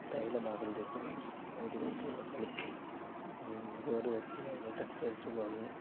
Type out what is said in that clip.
తైలం ఆకులు తెచ్చి వీటిని వేడి నీటిలో కలిపి గోరువెచ్చగా ఉండేటట్టు చేసుకొని